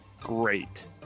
Great